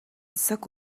засаг